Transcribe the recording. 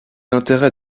intérêts